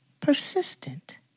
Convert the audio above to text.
Persistent